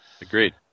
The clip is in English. Agreed